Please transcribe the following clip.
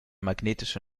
magnetische